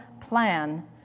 plan